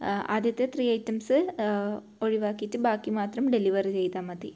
ആദ്യത്തെ three items ഒഴിവാക്കിയിട്ട് ബാക്കി മാത്രം ഡെലിവറി ചെയ്താൽ മതി